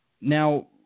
Now